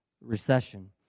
recession